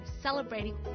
celebrating